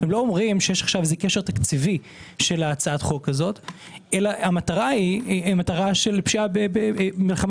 לא אומרים: יש קשר תקציבי של הצעת החוק הזו אלא המטרה היא מלחמה בפשיעה.